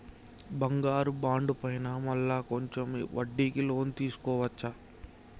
బంగారు బాండు పైన మళ్ళా కొంచెం వడ్డీకి లోన్ తీసుకోవచ్చా?